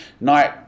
night